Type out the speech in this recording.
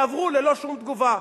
יעברו ללא שום תגובה.